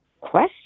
question